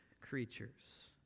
creatures